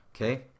Okay